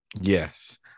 Yes